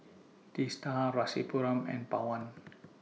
Teesta Rasipuram and Pawan